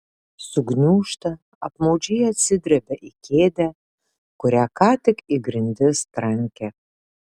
sugniūžta apmaudžiai atsidrebia į kėdę kurią ką tik į grindis trankė